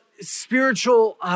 spiritual